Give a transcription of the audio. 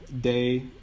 day